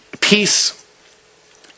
Peace